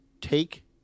take